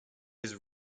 his